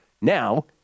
Now